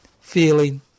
feeling